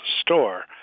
store